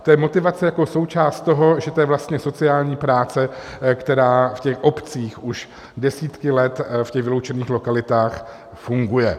To je motivace jako součást toho, že to je vlastně sociální práce, která v těch obcích už desítky let ve vyloučených lokalitách funguje.